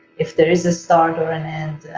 if there is a start or an end,